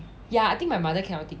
ya I think my mother cannot take it